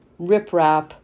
Riprap